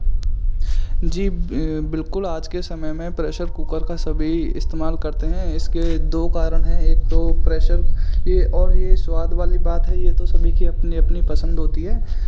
जी बिल्कुल आज के समय में प्रेशर कूकर का सभी इस्तेमाल करते हैं इसके दो कारण हैं एक तो प्रेशर भी और ये स्वाद वाली बात है तो ये सभी की अपनी अपनी पसंद होती है